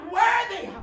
worthy